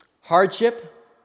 Hardship